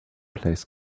plays